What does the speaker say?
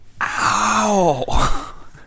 Ow